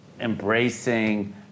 embracing